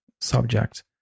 subject